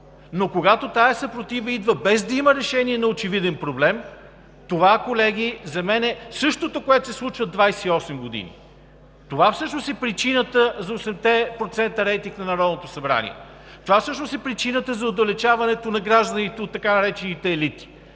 Но когато тази съпротива идва, без да има решение на очевиден проблем, това, колеги, е същото, което се случва 28 години. Това всъщност е причината за 8-те процента рейтинг на Народното събрание, това всъщност е причината за отдалечаването на гражданите от така наречените „елити“,